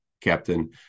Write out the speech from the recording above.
captain